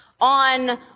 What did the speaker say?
on